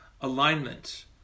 alignment